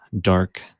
dark